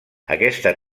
aquesta